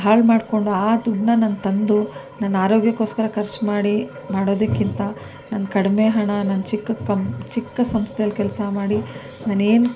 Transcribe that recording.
ಹಾಳು ಮಾಡಿಕೊಂಡು ಆ ದುಡ್ಡನ್ನ ನಾನು ತಂದು ನನ್ನ ಆರೋಗ್ಯಕ್ಕೋಸ್ಕರ ಖರ್ಚು ಮಾಡಿ ಮಾಡೋದಕ್ಕಿಂತ ನಾನು ಕಡಿಮೆ ಹಣ ನಾನು ಚಿಕ್ಕ ಕಂಪ್ ಚಿಕ್ಕ ಸಂಸ್ಥೆಲಿ ಕೆಲಸ ಮಾಡಿ ನಾನು ಏನು